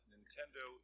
Nintendo